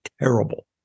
terrible